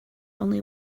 only